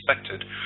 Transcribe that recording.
expected